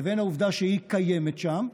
והעובדה היא שהיא קיימת שם,